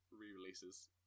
re-releases